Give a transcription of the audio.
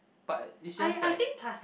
but it's just like